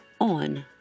on